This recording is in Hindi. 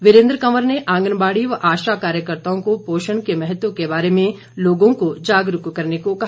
वीरेंद्र कवर ने आंगनबाड़ी व आशा कार्यकर्त्ताओं को पोषण के महत्व के बारे में लोगों को जागरूक करने को कहा